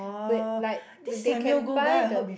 wait like they can buy the